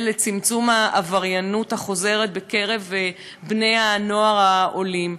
לצמצום העבריינות החוזרת בקרב בני-הנוער העולים.